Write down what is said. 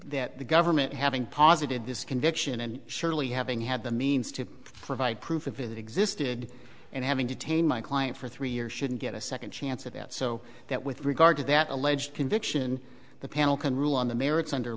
that the government having posited this conviction and surely having had the means to provide proof of it existed and having detain my client for three years shouldn't get a second chance at that so that with regard to that alleged conviction the panel can rule on the merits under